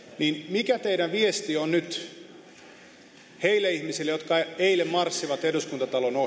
mikä teidän viestinne on nyt niille ihmisille jotka eilen marssivat eduskuntatalon ohi